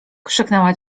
krzyknęła